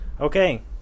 Okay